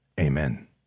Amen